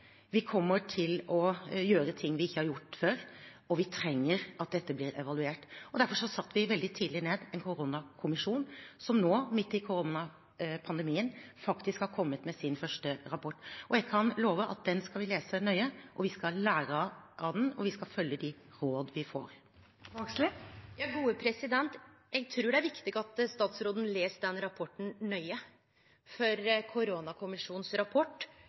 vi kommer til å gjøre ting vi ikke har gjort før, og vi trenger at dette blir evaluert. Derfor satte vi veldig tidlig ned en koronakommisjon som nå, midt i koronapandemien, faktisk har kommet med sin første rapport. Jeg kan love at den skal vi lese nøye. Vi skal lære av den, og vi skal følge de råd vi får. Eg trur det er viktig at statsråden les den rapporten nøye, for koronakommisjonen sin rapport